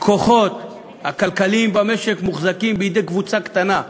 הכוחות הכלכליים במשק מוחזקים בידי קבוצה קטנה.